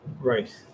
right